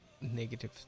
Negative